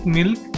milk